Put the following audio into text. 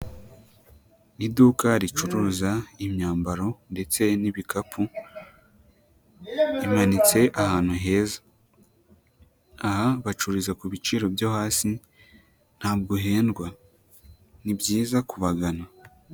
Iduka ricuruza imyambaro ndetse n'ibikapu, imanitse ahantu heza, aha bacururiza ku biciro byo hasi ntabwo uhendwa, ni byiza kubagana.